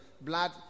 blood